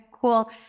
cool